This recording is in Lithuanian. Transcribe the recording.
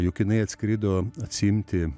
juk jinai atskrido atsiimti